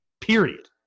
period